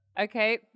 okay